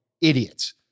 idiots